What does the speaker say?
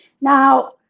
Now